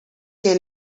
que